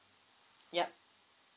yup